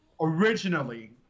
originally